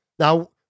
Now